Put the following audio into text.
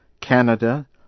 Canada